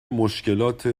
مشکلات